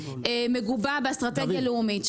מגובה באסטרטגיה לאומית,